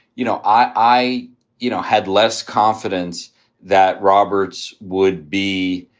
you know, i you know had less confidence that roberts would be,